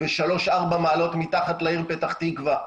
ושלוש ארבע מעלות מתחת לעיר פתח תקווה,